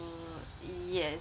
so yes